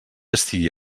estigui